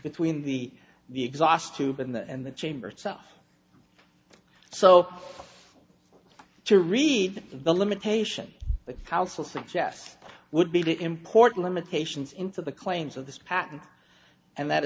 between the the exhaust tube and the and the chamber itself so to read the limitation the council suggests would be the important limitations into the claims of this patent and that